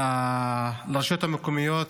לרשויות המקומיות,